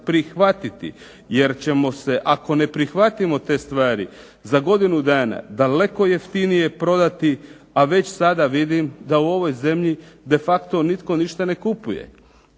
prihvatiti. Jer ćemo se ako ne prihvatimo te stvari za godinu dana daleko jeftinije prodati, a već sada vidim da u ovoj zemlji de facto nitko ništa ne kupuje.